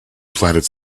planet